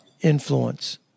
influence